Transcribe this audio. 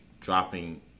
dropping